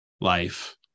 life